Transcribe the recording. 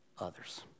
others